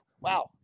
Wow